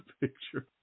picture